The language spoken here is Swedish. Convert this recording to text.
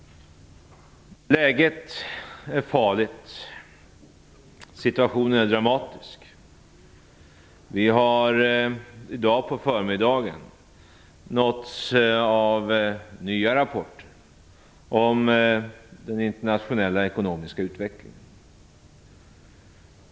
Läget är farligt. Situationen är dramatisk. I dag på förmiddagen har vi nåtts av nya rapporter om den internationella ekonomiska utvecklingen.